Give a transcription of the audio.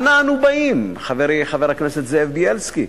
אנה אנו באים, חברי חבר הכנסת זאב בילסקי?